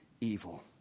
evil